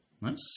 nice